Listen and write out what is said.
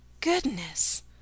Goodness